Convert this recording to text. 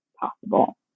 possible